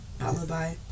Alibi